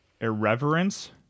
irreverence